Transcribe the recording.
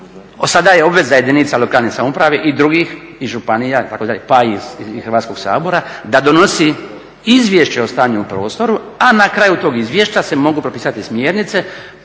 Sada je obveza jedinica lokalne samouprave i drugih i županija, itd., pa i Hrvatskog sabora da donosi izvješće o stanju u prostoru, a na kraju tog izvješća se mogu propisati smjernice